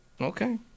okay